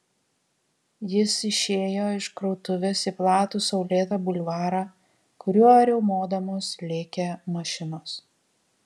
jis išėjo iš krautuvės į platų saulėtą bulvarą kuriuo riaumodamos lėkė mašinos